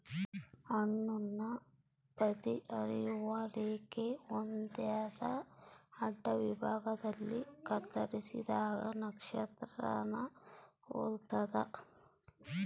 ಹಣ್ಣುನ ಬದಿ ಹರಿಯುವ ರೇಖೆ ಹೊಂದ್ಯಾದ ಅಡ್ಡವಿಭಾಗದಲ್ಲಿ ಕತ್ತರಿಸಿದಾಗ ನಕ್ಷತ್ರಾನ ಹೊಲ್ತದ